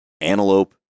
antelope